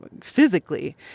physically